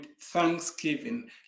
thanksgiving